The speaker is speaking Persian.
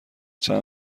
چند